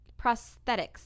prosthetics